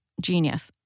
genius